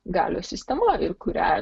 galios sistema ir kurią